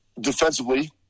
defensively